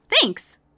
Thanks